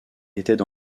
étaient